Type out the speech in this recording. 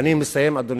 אני מסיים, אדוני.